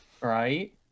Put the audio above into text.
right